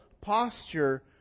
posture